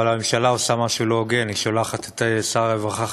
אבל הממשלה עושה משהו לא הוגן: היא שולחת את שר הרווחה,